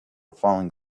falling